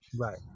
Right